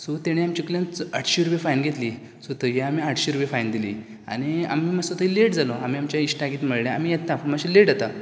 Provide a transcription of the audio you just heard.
so तेणें आमचें कडल्यान आठशे रुपया फायन घेतली सो थंयी आमी आठशे रुपया फायन दिली आनी आमी मात्सो थंय लेट जालो आमी आमच्या इश्टाक कितें म्हणलें आमी येता पूण मात्शे लेट येता